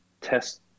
test